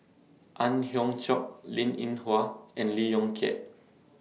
Ang Hiong Chiok Linn in Hua and Lee Yong Kiat